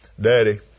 Daddy